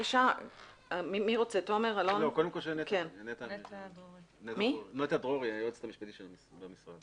עורכת דין נטע דרורי, המשרד